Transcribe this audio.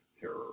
terror